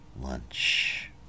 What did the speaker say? Lunch